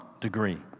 degree